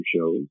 shows